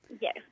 Yes